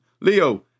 Leo